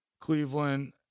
Cleveland